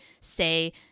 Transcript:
say